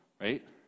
right